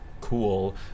cool